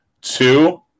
two